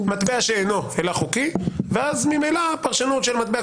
מטבע שאינה הילך חוקי ואז ממילא הפרשנות של מטבע,